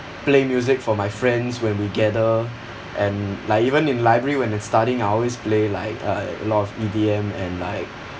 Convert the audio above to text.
play music for my friends when we gather and like even in library when I'm studying I always play like a lot of E_D_M and like